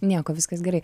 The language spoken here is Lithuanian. nieko viskas gerai